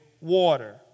water